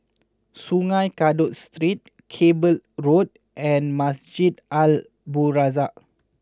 Sungei Kadut Street Cable Road and Masjid Al Abdul Razak